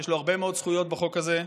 שיש לו הרבה מאוד זכויות בחוק הזה,